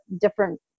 different